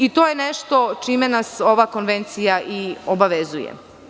I to je nešto čime nas ova konvencija i obavezuje.